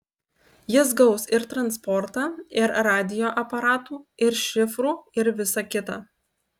jis gaus ir transportą ir radijo aparatų ir šifrų ir visa kita